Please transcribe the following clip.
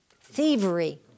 Thievery